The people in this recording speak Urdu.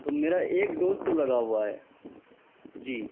تو میرا ایک ڈوز تو لگا ہوا ہے جی